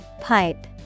Pipe